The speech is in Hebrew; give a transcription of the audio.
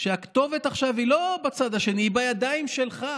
כשהכתובת עכשיו היא לא בצד השני, היא בידיים שלך,